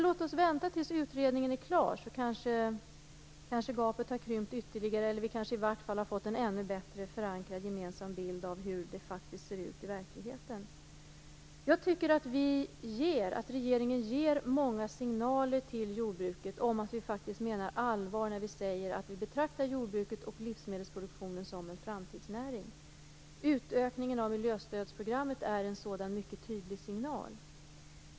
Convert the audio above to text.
Låt oss vänta tills utredningen är klar så kanske gapet har krympt ytterligare. Vi kanske i varje fall har fått en bättre förankrad gemensam bild av hur det faktiskt ser ut i verkligheten. Jag tycker att regeringen ger många signaler till jordbruket om att vi faktiskt menar allvar när vi säger att vi betraktar jordbruket och livsmedelsproduktionen som en framtidsnäring. Utökningen av miljöstödsprogrammet är en sådan mycket tydlig signal.